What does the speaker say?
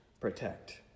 protect